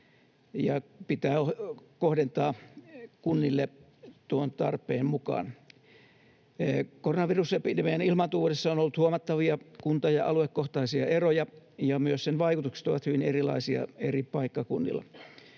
ja pitää kohdentaa kunnille tuon tarpeen mukaan. Koronavirusepidemian ilmaantuvuudessa on ollut huomattavia kunta- ja aluekohtaisia eroja, ja myös sen vaikutukset ovat hyvin erilaisia eri paikkakunnilla.